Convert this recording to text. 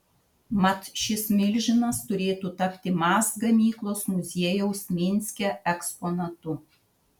mat šis milžinas turėtų tapti maz gamyklos muziejaus minske eksponatu